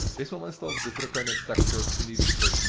this will install the dracomies textures needed for this